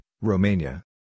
Romania